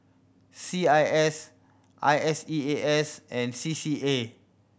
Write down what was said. C I S I S E A S and C C A